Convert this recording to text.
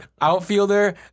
outfielder